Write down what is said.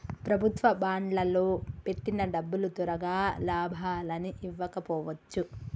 ప్రభుత్వ బాండ్లల్లో పెట్టిన డబ్బులు తొరగా లాభాలని ఇవ్వకపోవచ్చు